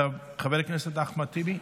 חבר הכנסת אחמד טיבי,